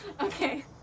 okay